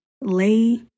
Lay